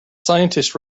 scientist